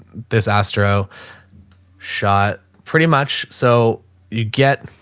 this astro shot pretty much so you get,